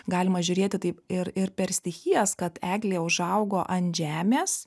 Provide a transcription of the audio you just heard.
galima žiūrėti taip ir ir per stichijas kad eglė užaugo an žemės